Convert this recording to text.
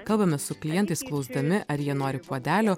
kalbamės su klientais klausdami ar jie nori puodelio